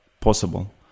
possible